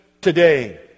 today